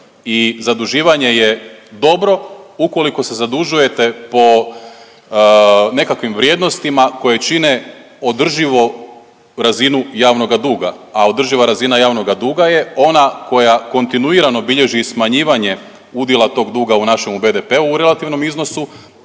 i zaduživanje je dobro ukoliko se zadužujete po nekakvim vrijednostima koje čine održivo razinu javnoga duga, a održiva razina javnoga duga je ona koja kontinuirano bilježi smanjivanje udjela tog duga u našem BDP-u u relativnom iznosu.